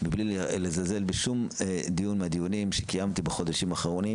מבלי לזלזל בשום דיון מהדיונים שקיימתי בחודשים האחרונים.